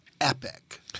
epic